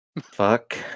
fuck